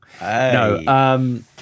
No